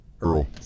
Earl